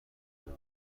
بدم